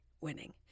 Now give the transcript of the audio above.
winning